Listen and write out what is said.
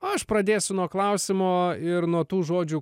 aš pradėsiu nuo klausimo ir nuo tų žodžių